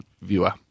viewer